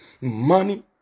money